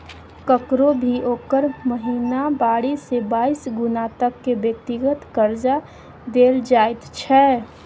ककरो भी ओकर महिनावारी से बाइस गुना तक के व्यक्तिगत कर्जा देल जाइत छै